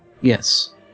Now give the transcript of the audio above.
Yes